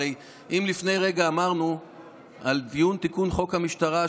הרי אם לפני רגע אמרנו על דיון בחוק תיקון המשטרה,